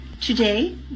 Today